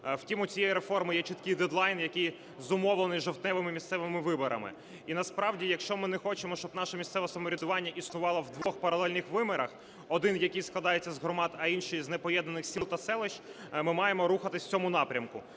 Втім у цієї реформи є чіткий dead line, який зумовлений жовтневими місцевими виборами. І насправді, якщо ми не хочемо, щоб наше місцеве самоврядування існувало в двох паралельних вимірах, один, який складається з громад, а інший – з непоєднаних сіл та селищ, ми маємо рухатись в цьому напрямку.